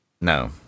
No